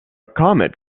comet